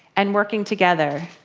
and working together.